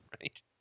Right